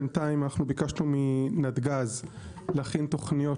בינתיים אנחנו ביקשנו מנתג"ז להכין תוכניות